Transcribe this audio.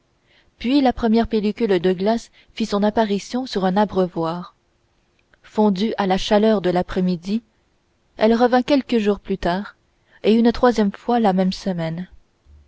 puis la première pellicule de glace fit son apparition sur un abreuvoir fondue à la chaleur de l'après-midi elle revint quelques jours plus tard et une troisième fois la même semaine